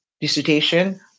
dissertation